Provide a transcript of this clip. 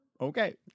Okay